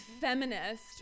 feminist